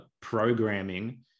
programming